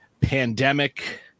Pandemic